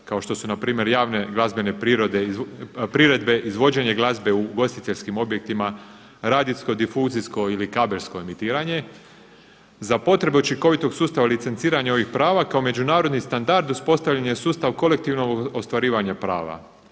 kao što su npr. javne glazbene priredbe, izvođenje glazbe u ugostiteljskim objektima, radijsko, difuzijsko ili kabelsko emitiranje. Za potrebu učinkovitog sustava licenciranja ovih prava kao međunarodni standard uspostavljen je sustav kolektivnog ostvarivanja prava.